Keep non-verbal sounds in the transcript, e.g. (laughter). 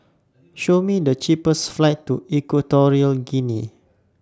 (noise) Show Me The cheapest flights to Equatorial Guinea